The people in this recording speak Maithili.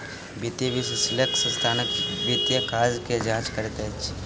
वित्तीय विश्लेषक संस्थानक वित्तीय काज के जांच करैत अछि